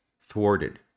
thwarted